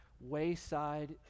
Wayside